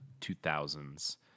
2000s